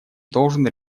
должен